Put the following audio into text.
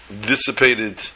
dissipated